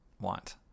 want